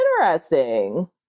interesting